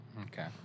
okay